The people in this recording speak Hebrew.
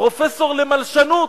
פרופסור למלשנות,